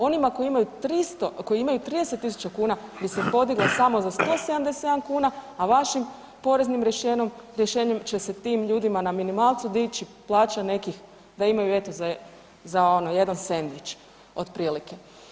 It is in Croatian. Onima koji imaju 30.000 kuna bi se podigla samo sa 177 kuna, a vašim poreznim rješenjem će se tim ljudima na minimalcu dići plaća nekih da imaju za ono jedan sendvič otprilike.